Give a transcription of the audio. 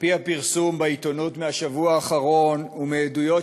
מהפרסום בעיתונות מהשבוע האחרון ומעדויות